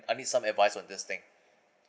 I need some advice on this thing